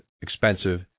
expensive